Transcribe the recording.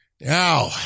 Now